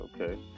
okay